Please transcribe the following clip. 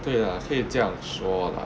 对啦可以这样说啦